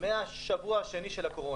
מהשבוע השני של הקורונה.